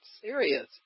serious